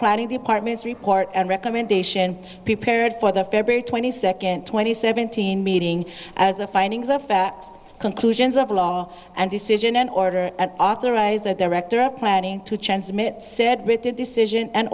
planning department's report and recommendation be paired for the february twenty second twenty seventeen meeting as a findings of fact conclusions of law and decision and order at authorize that director are planning to chance them it said written decision and